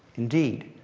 indeed,